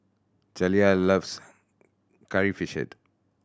Jaliyah loves Curry Fish Head